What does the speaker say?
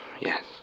Yes